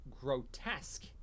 grotesque